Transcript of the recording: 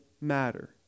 matter